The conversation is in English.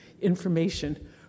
information